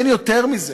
אין יותר מזה.